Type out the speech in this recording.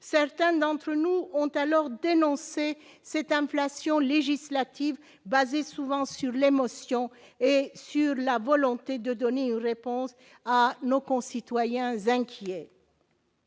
certains d'entre nous ont alors dénoncé c'est inflation législative, basées souvent sur l'émotion et sur la volonté de donner aux réponses à nos concitoyens inquiets.